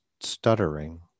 stuttering